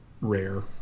rare